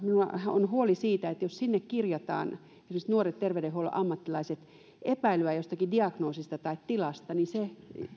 on huoli siitä että jos esimerkiksi kanta palveluun kirjataan esimerkiksi nuoret terveydenhuollon ammattilaiset epäily jostakin diagnoosista tai tilasta ja se